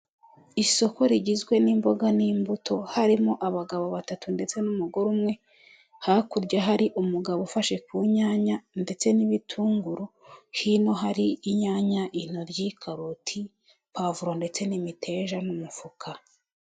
Isoko rigizwe n'imboga n'imbuto harimo abagabo batatu ndetse n'umugore umwe, hakurya hari umugabo ufashe ku nyanya ndetse n'ibitunguru, hino hari inyanya, intoryi, karoti pavuro ndetse n'imiteja m'umufuka.